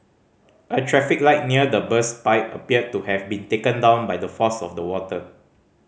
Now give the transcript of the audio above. a traffic light near the burst pipe appeared to have been taken down by the force of the water